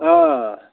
अँ